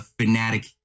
fanatic